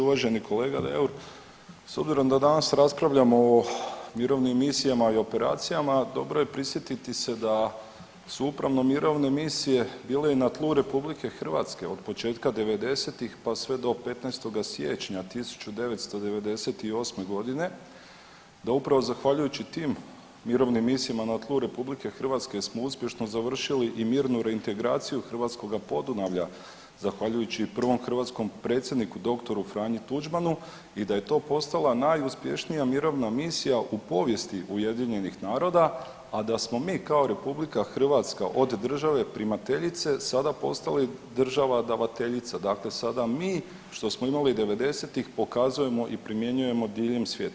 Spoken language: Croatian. Uvaženi kolega Deur, s obzirom da danas raspravljamo o mirovnim misijama i operacijama dobro je prisjetiti se da su upravno mirovne misije bile i na tlu RH od početka '90.-tih, pa sve do 15. siječnja 1998.g., da upravo zahvaljujući tim mirovnim misijama na tlu RH smo uspješno završili i mirnu reintegraciju hrvatskoga Podunavlja zahvaljujući prvom hrvatskom predsjedniku dr. Franji Tuđmanu i da je to postala najuspješnija mirovna misija u povijesti UN-a, a da smo mi kao RH od države primateljice sada postali država davateljica, dakle sada mi što smo imali '90.-tih pokazujemo i primjenjujemo diljem svijeta.